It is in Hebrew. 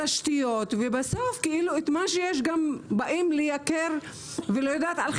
ברכבים אוטונומיים, דברים שמעולם לא ידעו לעשות